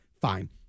fine